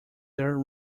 their